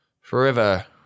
forever